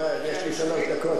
לא, יש לי שלוש דקות.